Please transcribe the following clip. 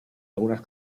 algunas